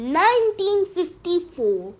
1954